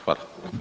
Hvala.